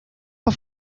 fue